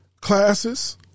classes